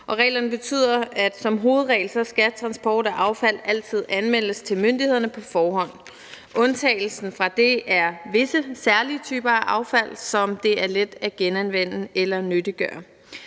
reglerne betyder, at transport af affald som hovedregel altid anmeldes til myndighederne på forhånd. Undtagelsen fra det er visse særlige typer affald, som det er let at genanvende eller nyttiggøre.